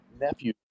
nephew